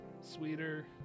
Sweeter